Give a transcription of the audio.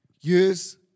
Use